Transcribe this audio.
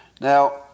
Now